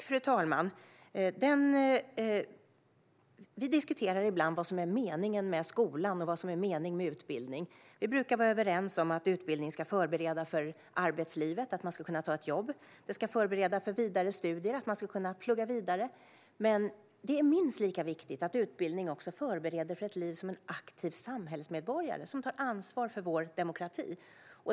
Fru talman! Vi diskuterar ibland vad som är meningen med skolan och vad som är meningen med utbildning. Vi brukar vara överens om att utbildning ska förbereda för arbetslivet så att man ska kunna ta ett jobb. Den ska förbereda för vidare studier så att man ska kunna plugga vidare. Men det är minst lika viktigt att utbildning också förbereder för ett liv som en aktiv samhällsmedborgare som tar ansvar för vår demokrati.